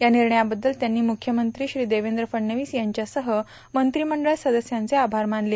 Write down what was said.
या निर्णयाबद्दल त्यांनी मुख्यमंत्री देवेंद्र फडणवीस यांच्यासह मंत्रीमंडळ सदस्यांचे आभार मानले